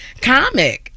comic